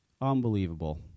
Unbelievable